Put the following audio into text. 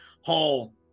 hall